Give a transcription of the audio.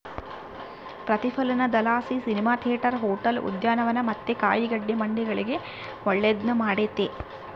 ಪ್ರತಿಫಲನದಲಾಸಿ cinema theatre, hotel, ಉದ್ಯಾನವನ ಮತ್ತೆ ಕಾಯಿಗಡ್ಡೆ ಮಂಡಿಗಳಿಗೆ ಒಳ್ಳೆದ್ನ ಮಾಡೆತೆ